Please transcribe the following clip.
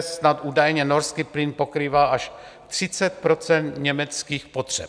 Snad údajně norský plyn pokrývá až 30 % německých potřeb.